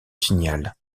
signal